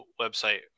website